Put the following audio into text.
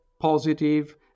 positive